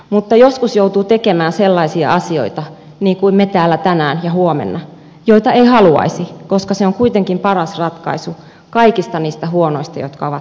mutta joskus joutuu tekemään sellaisia asioita niin kuin me täällä tänään ja huomenna joita ei haluaisi koska se on kuitenkin paras ratkaisu kaikista niistä huonoista jotka ovat tarjolla